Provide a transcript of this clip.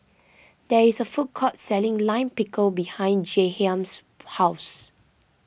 there is a food court selling Lime Pickle behind Jahiem's house